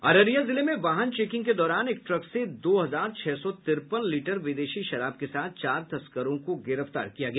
अररिया जिले में वाहन चेकिंग के दौरान एक ट्रक से दो हजार छह सौ तिरपन लीटर विदेश शराब के साथ चार तस्करों को गिरफ्तार किया गया